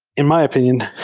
in my opinion,